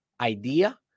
idea